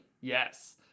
Yes